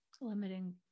limiting